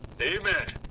Amen